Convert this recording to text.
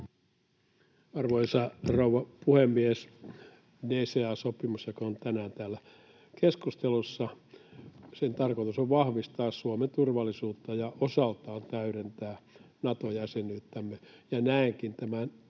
rouva puhemies! DCA-sopimuksen, joka on tänään täällä keskustelussa, tarkoitus on vahvistaa Suomen turvallisuutta ja osaltaan täydentää Nato-jäsenyyttämme.